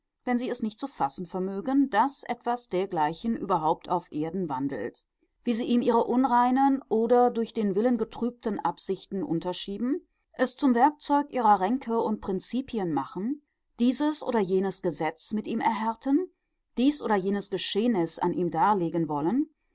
wie sie nicht zu fassen vermögen daß etwas dergleichen überhaupt auf erden wandelt wie sie ihm ihre unreinen oder durch den willen getrübten absichten unterschieben es zum werkzeug ihrer ränke und prinzipien machen dieses oder jenes gesetz mit ihm erhärten dies oder jenes geschehnis an ihm darlegen wollen